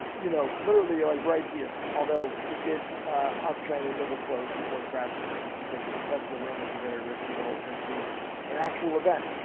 you know literally like right here, although it did uptrend into the close before crashing just because of tesla rumors are very risky to hold into an actual event.